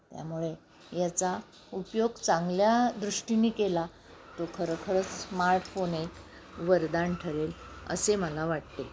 त्यामुळे याचा उपयोग चांगल्या दृष्टीने केला तो खरोखरच स्मार्टफोन एक वरदान ठरेल असे मला वाटते